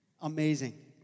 amazing